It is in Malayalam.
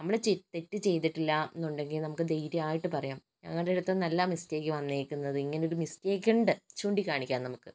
നമ്മള് ചെ തെറ്റ് ചെയ്തിട്ടില്ലാന്നുണ്ടെങ്കിൽ നമുക്ക് ധൈര്യായിട്ട് പറയാം ഞങ്ങളുടെ അടുത്തുന്നല്ലാ മിസ്റ്റേക്ക് വന്നേക്കുന്നത് ഇങ്ങനെ ഒരു മിസ്റ്റേക്ക് ഉണ്ട് ചൂണ്ടിക്കാണിക്കാം നമുക്ക്